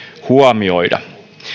huomioida